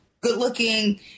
good-looking